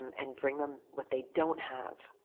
and bring them what they don't have.